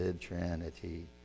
Trinity